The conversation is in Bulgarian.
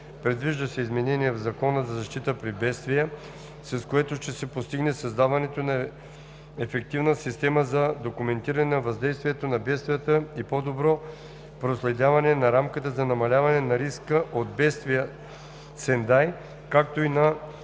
Предвижда се изменение в Закона за защита при бедствия, с което ще се постигне създаването на ефективна система за документиране на въздействието на бедствията и по-добро проследяване на Рамката за намаляване на риска от бедствия от Сендай, както и на